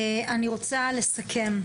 לסיכום: